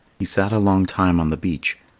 he sat a long time on the beach,